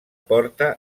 porta